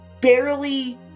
barely